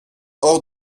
hors